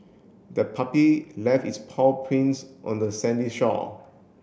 the puppy left its paw prints on the sandy shore